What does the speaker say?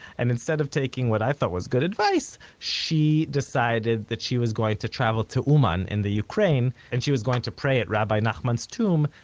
and instead of taking what i thought was good advice, she decided that she was going to travel to uman in the ukraine, and she was going to pray at rabbi nachman's tomb,